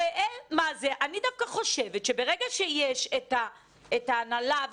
ברגע שיש את ההנהלה,